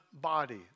body